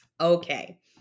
Okay